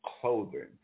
Clothing